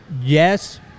yes